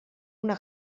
una